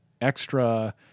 extra